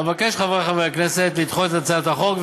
אבקש, חברי חברי הכנסת, לדחות את הצעת החוק.